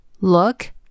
look